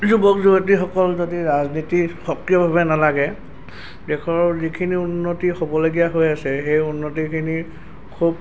যুৱক যুৱতীসকল যদি ৰাজনীতিত সক্ৰিয়ভাৱে নালাগে দেশৰ যিখিনি উন্নতি হ'বলগীয়া হৈ আছে সেই উন্নতিখিনি খুব